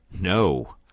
No